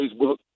Facebook